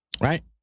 right